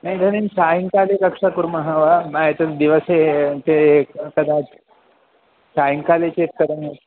न इदानीं सायङ्काले कक्षा कुर्मः वा भोः एतद्दिवसे ते कदाचित् सायङ्काले चेत् कदा